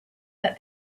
that